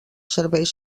serveis